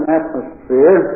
atmosphere